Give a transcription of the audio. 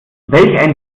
welch